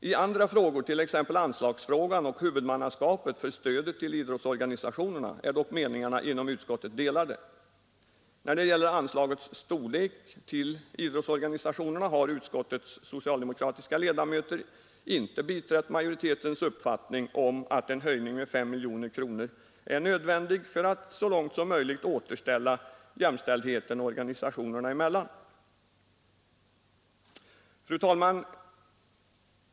I andra frågor, t.ex. anslagsfrågan och frågan om huvudmannaskapet för stödet till idrottsorganisationerna, är dock meningarna inom utskottet delade. När det gäller storleken av anslaget till idrottsorganisationerna har utskottets socialdemokratiska ledamöter inte biträtt majoritetens uppfattning att en höjning med 5 miljoner kronor är nödvändig för att så långt som möjligt åter få till stånd jämställdhet organisationerna emellan. Fru talman!